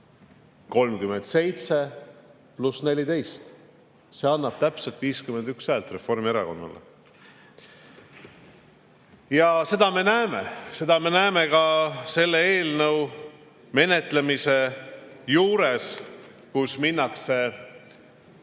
37 + 14. See annab täpselt 51 häält Reformierakonnale. Seda me näeme. Seda me näeme ka selle eelnõu menetlemise juures, kui minnakse